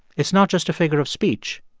it's not just a figure of speech.